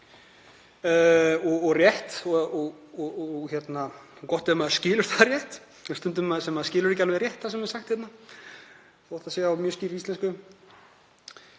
er satt og rétt. Gott ef maður skilur það rétt, það er stundum sem maður skilur ekki alveg rétt það sem er sagt hérna þótt það sé á mjög skýrri íslensku.